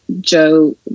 joe